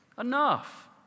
enough